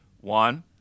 One